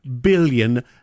billion